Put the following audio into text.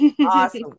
Awesome